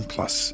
Plus